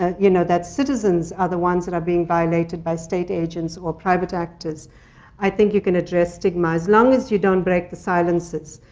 ah you know, that citizens are the ones that are being violated by state agents or private actors i think you can address stigma. as long as you don't break the silences.